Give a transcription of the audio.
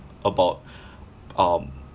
about um